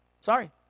sorry